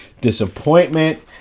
disappointment